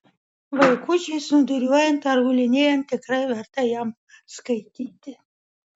vaikučiui snūduriuojant ar gulinėjant tikrai verta jam skaityti